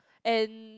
and